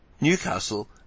Newcastle